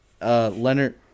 Leonard